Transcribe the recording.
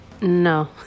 no